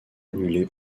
annulé